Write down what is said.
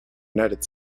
united